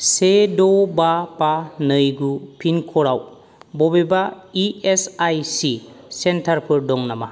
से द' बा बा नै गु पिन कडाव बबेबा इएसआईसि सेन्टारफोर दं नामा